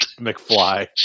McFly